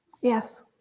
Yes